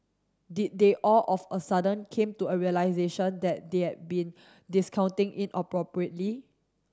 did they all of a sudden came to a realisation that they had been discounting inappropriately